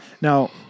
Now